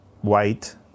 white